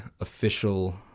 official